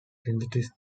synthesis